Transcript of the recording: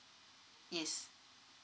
yes